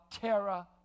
terra